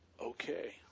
okay